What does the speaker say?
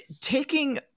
taking